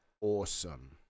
awesome